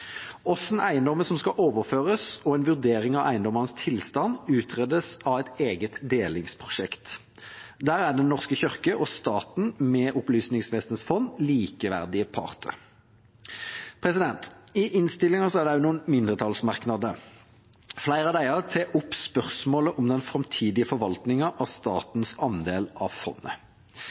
eiendommer som skal overføres, og en vurdering av eiendommenes tilstand utredes av et eget delingsprosjekt. Der er Den norske kirke og staten, med Opplysningsvesenets fond, likeverdige parter. I innstillinga er det også noen mindretallsmerknader. Flere av dem tar opp spørsmålet om den framtidige forvaltninga av statens andel av fondet.